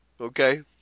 Okay